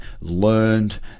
learned